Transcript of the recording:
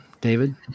David